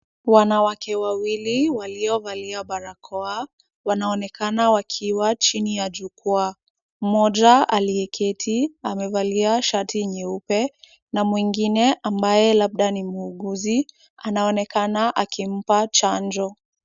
Wanawake wawili waliovalia barakoa, wanaonekana wakiwa chini ya jukwaa. Mmoja aliyeketi, amevalia shati nyeupe na mwingine ambaye labda ni muuguzi anaonekana akimpa chanjo.